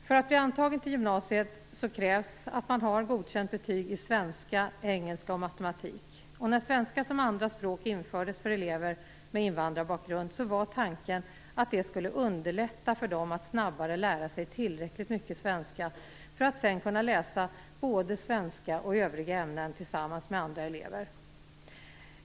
För att bli antagen till gymnasiet krävs det att man har godkänt betyg i svenska, engelska och matematik. När svenska som andraspråk infördes för elever med invandrarbakgrund, var tanken att detta skulle underlätta för dem att snabbt lära sig tillräckligt mycket svenska för att kunna läsa både svenska och övriga ämnen tillsammans med andra elever.